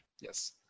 Yes